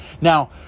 now